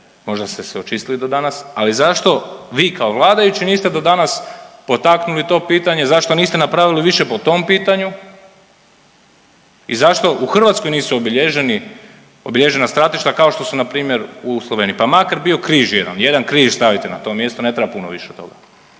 možda ste se očistili do danas, ali zašto vi kao vladajući niste do danas potaknuli to pitanje, zašto niste napravili više po tom pitanju i zašto u Hrvatskoj nisu obilježeni, obilježena stratišta kao što su npr. u Sloveniji, pa makar bio križ jedan, jedan križ stavite na to mjesto ne treba puno više od toga.